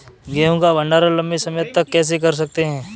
गेहूँ का भण्डारण लंबे समय तक कैसे कर सकते हैं?